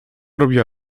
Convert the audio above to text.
robiła